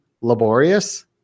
laborious